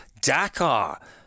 Dakar